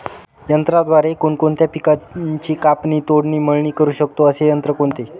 यंत्राद्वारे कोणकोणत्या पिकांची कापणी, तोडणी, मळणी करु शकतो, असे यंत्र कोणते?